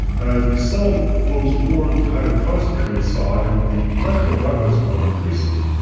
as the solvent flows toward the highly concentrated side the pressure of that reservoir increases.